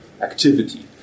activity